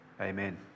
Amen